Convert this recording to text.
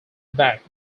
back